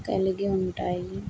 కలిగి ఉంటాయి